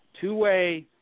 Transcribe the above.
two-way